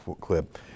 clip